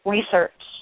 Research